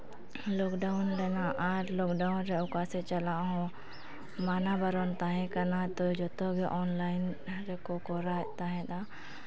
lockdown ᱞᱮᱱᱟ ᱟᱨ lockdown ᱨᱮ ᱚᱠᱟ ᱥᱮᱫ ᱪᱟᱞᱟᱜ ᱦᱚᱸ ᱢᱟᱱᱟ ᱵᱟᱨᱚᱱ ᱛᱟᱦᱮᱸᱠᱟᱱᱟ ᱛᱚ ᱡᱚᱛᱚᱜᱮ ᱚᱱᱞᱟᱭᱤᱱ ᱨᱮᱠᱚ ᱠᱚᱨᱟᱣᱮᱫ ᱛᱟᱦᱮᱱᱟ